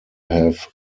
have